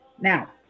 Now